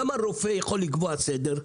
למה רופא יכול לקבוע סדר?